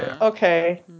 okay